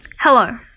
Hello